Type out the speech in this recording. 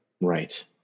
Right